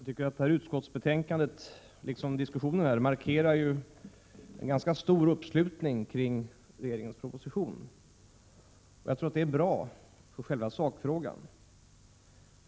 Herr talman! Utskottsbetänkandet liksom diskussionen här i kammaren markerar ju en ganska stor uppslutning kring regeringens proposition. Jag tror att det är bra för sakfrågan.